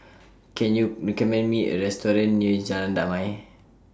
Can YOU recommend Me A Restaurant near Jalan Damai